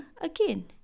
again